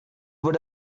put